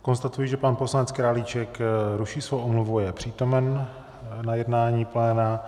Konstatuji, že poslanec Králíček ruší svou omluvu a je přítomen na jednání pléna.